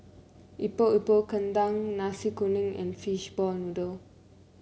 Epok Epok Kentang Nasi Kuning and Fishball Noodle